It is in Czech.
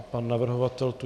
Pan navrhovatel tu je?